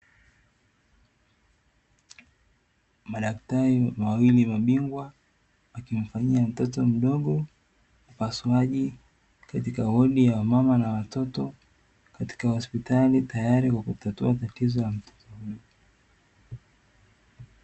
Madaktari wawili mabingwa wanamfanyia mtoto mdogo upasuaji, katika wodi ya wamama na watoto katika hospitali tayari kwa kutatua tatizo la mtoto huyo.